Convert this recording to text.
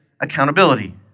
accountability